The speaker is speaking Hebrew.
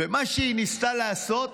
ומה שהיא ניסתה לעשות: